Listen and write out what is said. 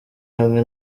hamwe